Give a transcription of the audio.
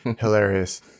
hilarious